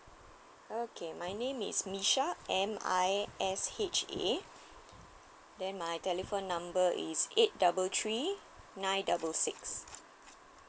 okay my name is misha M_I_S_H_A then my telephone number is eight double three nine double six